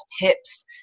tips